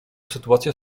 sytuacja